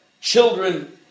children